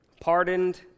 Pardoned